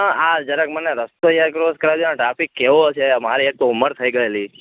આ જરાક મને રસ્તો યાર ક્રોસ કરાવી દયોને ટ્રાફિક કેવો છે મારી એકતો ઉમર થઈ ગયેલી